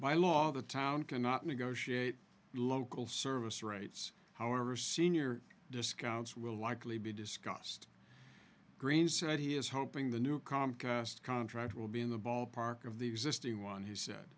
by law the town cannot negotiate local service rates however senior discounts will likely be discussed green said he is hoping the new comcast contract will be in the ballpark of the existing one he said